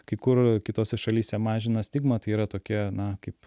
kai kur kitose šalyse mažina stigmą tai yra tokie na kaip